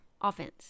offense